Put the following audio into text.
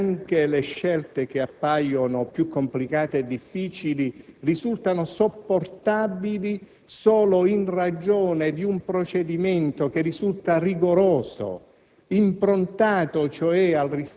convinti, infatti, che anche le scelte che appaiono più complicate e difficili risultano sopportabili solo in ragione di un procedimento rigoroso,